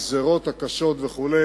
הגזירות הקשות וכו',